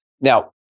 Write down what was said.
Now